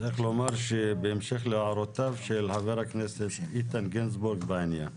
צריך לומר שבהמשך להערותיו של חבר הכנסת איתן גינזבורג בעניין.